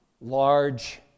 large